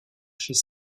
chez